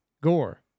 Gore